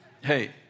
Hey